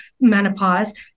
menopause